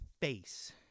face